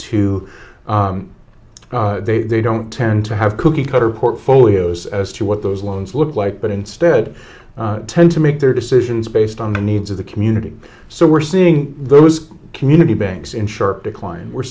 to they don't tend to have cookie cutter portfolios as to what those loans look like but instead tend to make their decisions based on the needs of the community so we're seeing those community banks in sharp decline we're